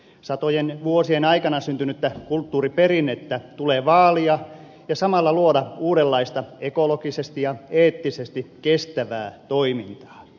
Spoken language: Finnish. satojen vuosien aikana syntynyttä kulttuuriperinnettä tulee vaalia ja samalla luoda uudenlaista ekologisesti ja eettisesti kestävää toimintaa